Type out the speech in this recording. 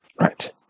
right